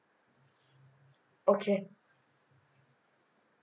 okay